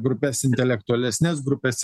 grupes intelektualesnes grupes